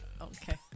Okay